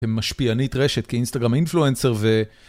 עם משפיענית רשת כאינסטגרם אינפלואנסר ו...